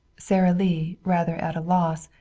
sara lee, rather at a loss,